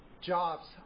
jobs